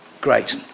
Great